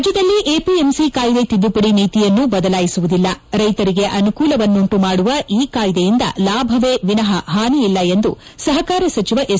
ರಾಜ್ಯದಲ್ಲಿ ಎಂಪಿಎಂಸಿ ಕಾಯ್ದೆ ತಿದ್ದುಪಡಿ ನೀತಿಯನ್ನು ಬದಲಾಯಿಸುವುದಿಲ್ಲ ರೈತರಿಗೆ ಅನುಕೂಲವನ್ನುಂಟು ಮಾದುವ ಈ ಕಾಯ್ದೆಯಿಂದ ಲಾಭವೇ ವಿನಹ ಹಾನಿಯಿಲ್ಲ ಎಂದು ಸಹಕಾರ ಸಚಿವ ಎಸ್